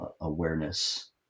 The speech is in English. awareness